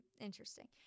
interesting